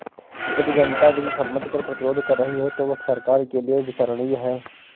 यदि जनता विधि सम्मत कर प्रतिरोध कर रही है तो वह सरकार के लिये विचारणीय है